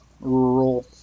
rural